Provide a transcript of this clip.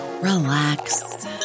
relax